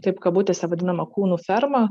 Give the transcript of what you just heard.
taip kabutėse vadinamą kūnų fermą